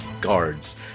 guards